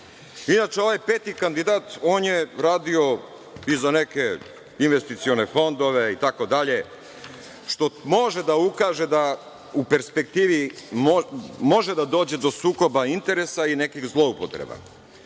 ovaj peti kandidat, on je radio i za neke investicione fondove itd, što može da ukaže da u perspektivi može da dođe do sukoba interesa i nekih zloupotreba. Što